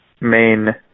main